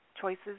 choices